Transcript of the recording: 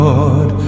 Lord